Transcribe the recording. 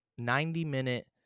90-minute